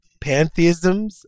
pantheisms